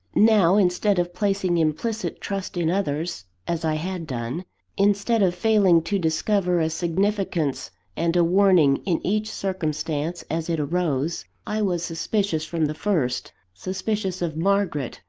now, instead of placing implicit trust in others, as i had done instead of failing to discover a significance and a warning in each circumstance as it arose, i was suspicious from the first suspicious of margaret,